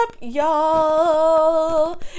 y'all